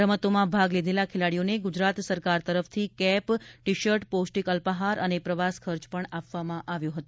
રમતોમાં ભાગ લીધેલા ખેલાડીઓને ગુજરાત સરકાર તરફથી કેપ ટી શર્ટ પૌષ્ટિક અલ્પાહાર અને પ્રવાસ ખર્ચ પણ આપવામાં આવ્યો હતો